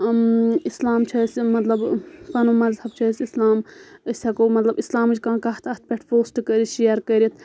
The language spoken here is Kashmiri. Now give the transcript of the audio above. اِسلام چھِ اَسہِ مطلب پَنُن مَذہَب چھِ أسۍ اسلام أسۍ ہؠکو مطلب اِسلامٕچ کانٛہہ کَتھ اَتھ پؠٹھ پوسٹ کٔرِتھ شِیر کٔرِتھ